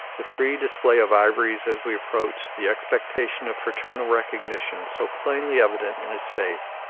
the free display of ivories as we approach, the expectation of fraternal recognition so plainly evident in his face,